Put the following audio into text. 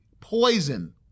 poison